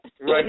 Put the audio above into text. Right